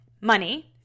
money